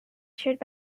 chaired